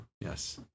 Yes